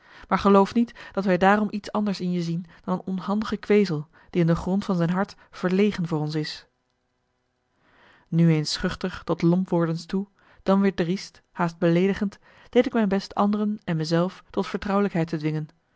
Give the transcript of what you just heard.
maar geloof niet dat wij daarom iets anders in je zien dan een onhandige kwezel die in de grond van zijn hart verlegen voor ons is nu eens schuchter tot lompwordens toe dan weer driest haast beleedigend deed ik mijn best anderen en me zelf tot vertrouwelijkheid te dwingen